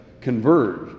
converge